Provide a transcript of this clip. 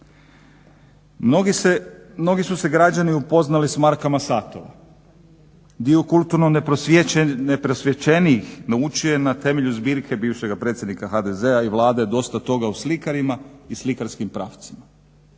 Mnogi su se građani upoznali s markama satova, dio kulturno neprosvjećenijih naučio je na temelju zbirke bivšega predsjednika i Vlade dosta toga o slikarima i slikarskim pravcima.